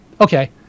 Okay